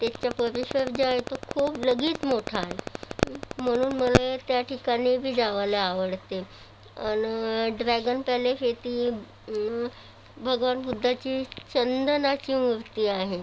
त्याचा परिसर जो आहे तो खूप लगीत मोठा आहे म्हणून मला त्या ठिकाणी बी जायला आवडते आणि ड्रॅगन पॅलेस येथे भगवान बुद्धाची चंदनाची मूर्ती आहे